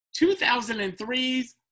2003's